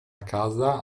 casa